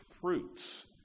fruits